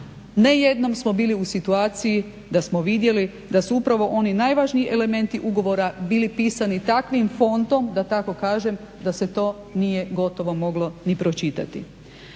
ne jednom smo bili u situaciji da smo vidjeli da su upravo oni najvažniji elementi ugovora bili pisani takvim fontom da tako kažem da se to nije gotovo moglo ni pročitati.